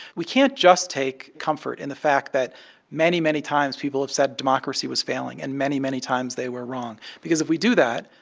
we can't just take comfort in the fact that many, many times people have said democracy was failing and many, many times they were wrong because if we do that,